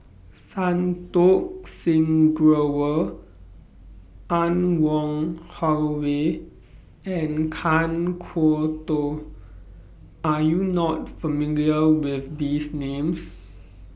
Santokh Singh Grewal Anne Wong Holloway and Kan Kwok Toh Are YOU not familiar with These Names